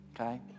okay